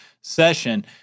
session